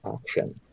action